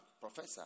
professor